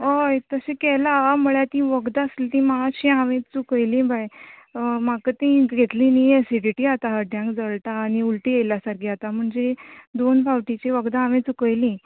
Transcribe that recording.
हय तशें केला म्हळ्यार ती वखदां आसली ती मातशीं हांवें चुकयली बाय अ म्हाका ती घेतली न्ही एसीडिटी जाता हड्यान जळटा आनी उल्टी येयल्या सारकी जाता म्हण ती दोन फावटीची वकदांदा हांवें चुकयलीं